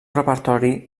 repertori